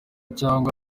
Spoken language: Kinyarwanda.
cyangwa